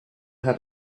had